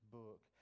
book